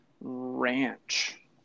ranch